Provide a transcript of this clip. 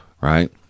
right